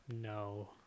No